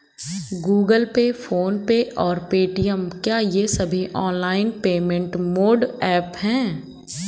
Google Pay PhonePe और Paytm क्या ये सभी ऑनलाइन पेमेंट मोड ऐप हैं?